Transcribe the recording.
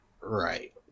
right